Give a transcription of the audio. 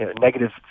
negative